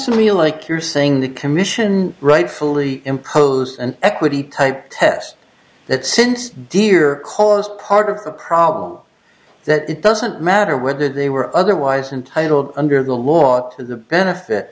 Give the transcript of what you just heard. to me like you're saying the commission rightfully impose an equity type test that since dear cause part of the problem that it doesn't matter whether they were otherwise entitle under the law to the benefit